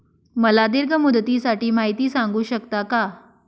मला दीर्घ मुदतीसाठी माहिती सांगू शकता का?